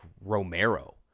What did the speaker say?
Romero